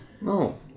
No